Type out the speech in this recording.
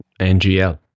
NGL